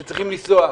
וצריכים לנסוע.